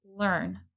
learn